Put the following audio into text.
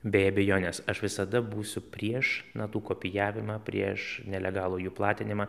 bė abejonės aš visada būsiu prieš natų kopijavimą prieš nelegalų jų platinimą